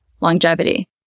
Longevity